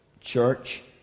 church